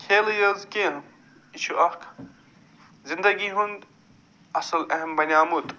کھیلٕے یٲژ کیٚنٛہہ یہِ چھُ اکھ زِندگی ہُنٛد اصٕل اہم بنیومُت